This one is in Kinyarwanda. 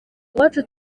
iwacu